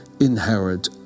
inherit